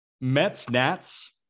Mets-Nats